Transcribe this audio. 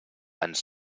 ens